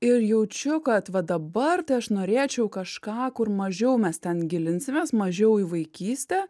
ir jaučiu kad va dabar tai aš norėčiau kažką kur mažiau mes ten gilinsimės mažiau į vaikystę